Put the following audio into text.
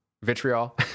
vitriol